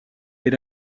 est